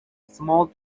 small